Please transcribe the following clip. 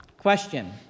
Question